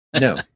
No